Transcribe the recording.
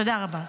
תודה רבה.